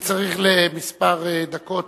אני צריך לכמה דקות,